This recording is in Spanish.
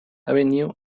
avenue